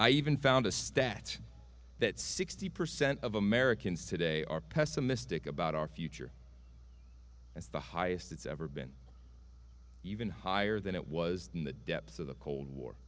i even found a stat that sixty percent of americans today are pessimistic about our future as the highest it's ever been even higher than it was in the depths of the cold war